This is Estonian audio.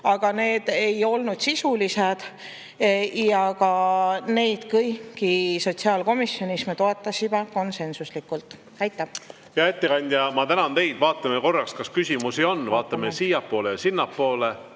aga need ei olnud sisulised ja neid kõiki me sotsiaalkomisjonis toetasime konsensuslikult. Aitäh! Hea ettekandja! Ma tänan teid. Vaatame korraks, kas küsimusi on. Vaatame. Vaatame siiapoole ja sinnapoole.